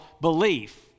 belief